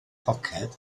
poced